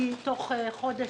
כי תוך חודש,